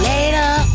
Later